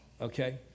Okay